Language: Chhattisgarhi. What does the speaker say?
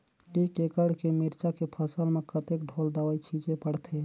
एक एकड़ के मिरचा के फसल म कतेक ढोल दवई छीचे पड़थे?